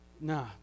nah